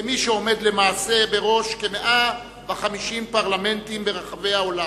כמי שעומד למעשה בראש כ-150 פרלמנטים ברחבי העולם.